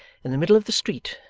in the middle of the street,